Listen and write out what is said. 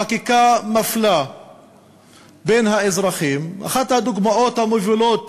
חקיקה מפלה בין האזרחים, אחת הדוגמאות המובילות